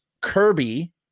Kirby